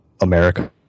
America